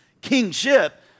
kingship